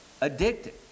addicted